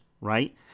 right